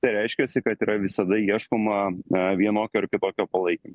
tai reiškiasi kad yra visada ieškoma na vienokio ar kitokio palaikymo